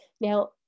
Now